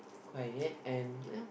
quiet and ya